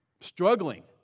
struggling